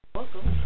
Welcome